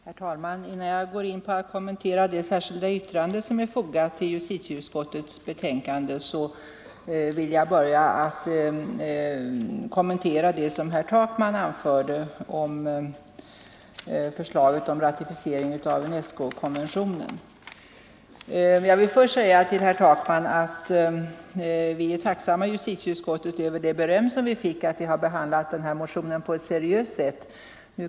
Herr talman! Innan jag går in på det särskilda yttrande som är fogat till justitieutskottets betänkande vill jag kommentera vad herr Takman anförde om förslaget om ratificering av UNESCO-konventionen. Vi är tacksamma i justitieutskottet för det beröm som vi fick för att vi har behandlat motionen på ett seriöst sätt.